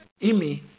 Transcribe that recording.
imi